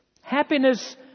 Happiness